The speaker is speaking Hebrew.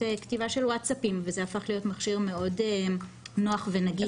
שליחת וואטסאפ וזה הפך להיות מכשיר מאוד נוח ונגיש.